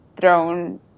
thrown